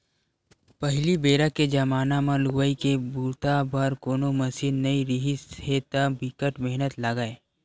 पहिली बेरा के जमाना म लुवई के बूता बर कोनो मसीन नइ रिहिस हे त बिकट मेहनत लागय